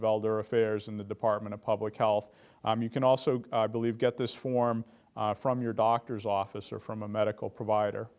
of elder affairs in the department of public health you can also believe get this form from your doctor's office or from a medical provider